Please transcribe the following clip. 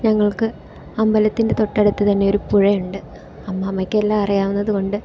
ഞങ്ങൾക്ക് അമ്പലത്തിൻ്റെ തൊട്ടടുത്ത് തന്നെയൊരു പുഴയുണ്ട് അമ്മമ്മയ്ക്ക് എല്ലാം അറിയാവുന്നതുകൊണ്ട്